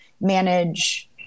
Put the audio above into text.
manage